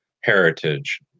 heritage